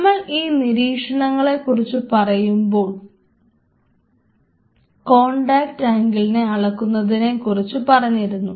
നമ്മൾ ഈ നിരീക്ഷണങ്ങളെ കുറിച്ച് പറഞ്ഞപ്പോൾ കോൺടാക്ട് അങ്കിളിനെ അളക്കുന്നതിനെ കുറിച്ച് പറഞ്ഞിരുന്നു